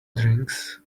drinks